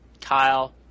Kyle